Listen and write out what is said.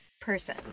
Person